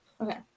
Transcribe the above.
Okay